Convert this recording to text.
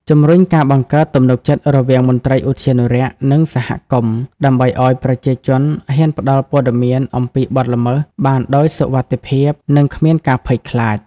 ជំរុញការបង្កើតទំនុកចិត្តរវាងមន្ត្រីឧទ្យានុរក្ស និងសហគមន៍ ដើម្បីឲ្យប្រជាជនហ៊ានផ្តល់ព័ត៌មានអំពីបទល្មើសបានដោយសុវត្ថិភាព និងគ្មានការភ័យខ្លាច។